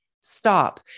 stop